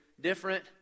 different